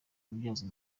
kubyazwa